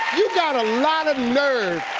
you gotta a lotta nerve,